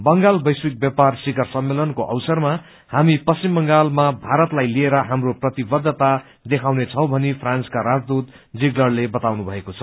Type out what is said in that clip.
बंगाल वैश्विक व्यापार शिखर सम्मेलनको अवसरमा हामी पश्चिम बंगालमा भारतलाइ लिएर हाम्रो प्रतिबद्वता देखाउँनेछौ ीानी फ्रान्सका राजदूत जिगलरले बताउनुभएकोा छ